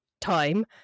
time